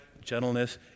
gentleness